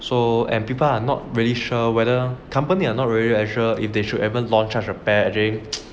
so and people are not really sure whether company are not really unsure if they should ever launched as a pair actually